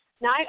Now